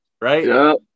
Right